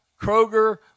Kroger